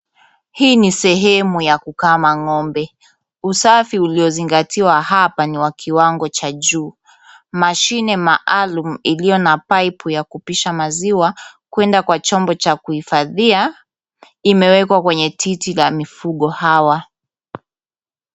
Hii ni sehemu ya kukama ng'ombe. Usafi uliozingatiwa hapa ni wa kiwango cha juu. Mashine maalum ilio na pipe ya kupisha maziwa kuenda kwa chombo cha kuhifadhiwa imewekwa chenye titi la mifugo hawa.